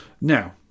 now